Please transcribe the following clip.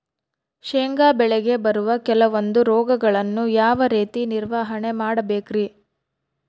ಶೇಂಗಾ ಬೆಳೆಗೆ ಬರುವ ಕೆಲವೊಂದು ರೋಗಗಳನ್ನು ಯಾವ ರೇತಿ ನಿರ್ವಹಣೆ ಮಾಡಬೇಕ್ರಿ?